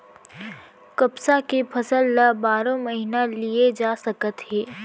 कपसा के फसल ल बारो महिना लिये जा सकत हे